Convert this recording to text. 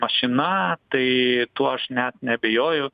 mašina tai tuo aš net neabejoju